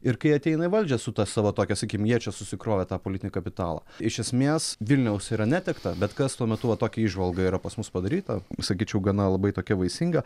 ir kai ateina į valdžią su ta savo tokia sakykim jie čia susikrovė tą politinį kapitalą iš esmės vilniaus yra netekta bet kas tuo metu va tokia įžvalga yra pas mus padaryta sakyčiau gana labai tokia vaisinga